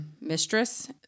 mistress